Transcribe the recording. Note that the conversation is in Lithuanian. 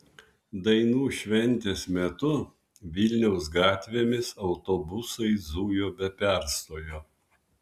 dainų šventės metu vilniaus gatvėmis autobusai zujo be perstojo